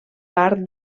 part